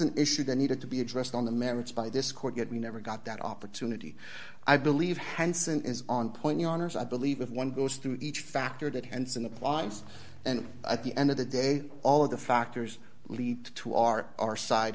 an issue that needed to be addressed on the merits by this court yet we never got that opportunity i believe henson is on point the honors i believe if one goes through each factor that hands and whines and at the end of the day all of the factors lead to are our side